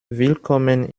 willkommen